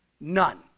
None